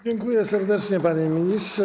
Dziękuję serdecznie, panie ministrze.